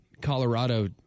Colorado